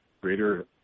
Greater